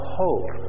hope